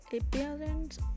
appearance